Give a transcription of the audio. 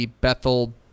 Bethel